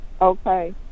Okay